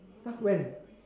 !huh! when